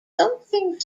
something